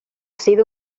sido